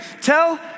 Tell